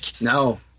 no